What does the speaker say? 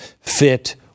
fit